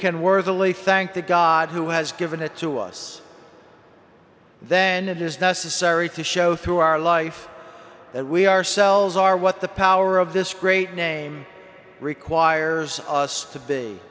god who has given it to us then it is necessary to show through our life that we ourselves are what the power of this great name requires us to be